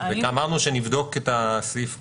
אמרנו שנבדוק את הסעיף כולו,